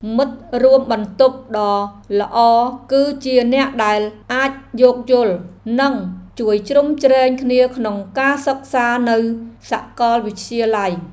មិត្តរួមបន្ទប់ដ៏ល្អគឺជាអ្នកដែលអាចយោគយល់ និងជួយជ្រោមជ្រែងគ្នាក្នុងការសិក្សានៅសាកលវិទ្យាល័យ។